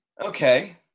Okay